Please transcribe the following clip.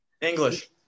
English